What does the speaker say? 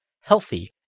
healthy